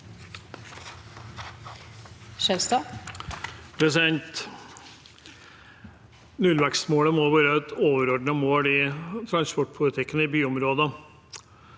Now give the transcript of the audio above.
Nullvekstmålet må være et overordnet mål i transportpolitikken i byområdene.